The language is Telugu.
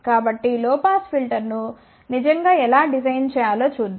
కాబట్టి లొ పాస్ ఫిల్టర్ను నిజంగా ఎలా డిజైన్ చేయాలో చూద్దాం